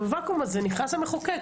בוואקום הזה נכנס המחוקק.